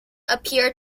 appear